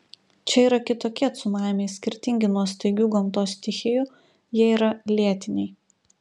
čia yra kitokie cunamiai skirtingi nuo staigių gamtos stichijų jie yra lėtiniai